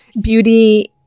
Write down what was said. beauty